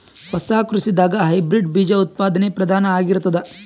ಹೊಸ ಕೃಷಿದಾಗ ಹೈಬ್ರಿಡ್ ಬೀಜ ಉತ್ಪಾದನೆ ಪ್ರಧಾನ ಆಗಿರತದ